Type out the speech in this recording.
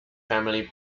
family